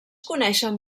coneixen